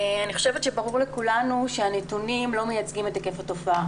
ברור לכולנו שהנתונים לא מייצגים את היקף התופעה.